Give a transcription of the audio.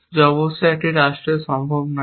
যে অবশ্যই একটি রাষ্ট্রে সম্ভব নয়